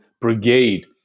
brigade